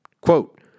Quote